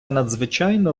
надзвичайно